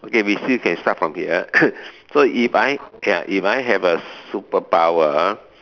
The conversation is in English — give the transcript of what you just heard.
okay we still can start from here so if I can if I have a superpower